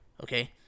Okay